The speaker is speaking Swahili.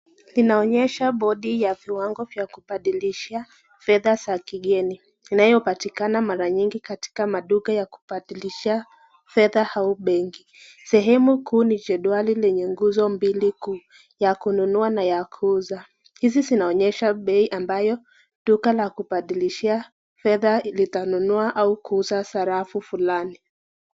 Linaonyesha bodi ya viwango vya kubadilisha fedha za kigeni inayopatikana mara nyingi katika maduka ya kubadilisha fedha au benki. Sehemu kuu ni chedwali lenye nguzo mbili kuu ya kununua na ya kuuza. Hizi zinaonyesha bei ambayo duka la kubadilisha fedha litanunua au kuuza sarafu fulani.